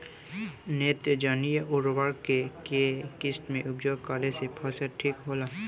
नेत्रजनीय उर्वरक के केय किस्त मे उपयोग करे से फसल ठीक होला?